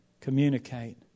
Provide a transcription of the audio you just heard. communicate